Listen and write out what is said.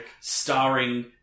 starring